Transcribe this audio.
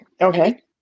Okay